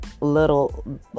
little